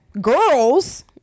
girls